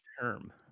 term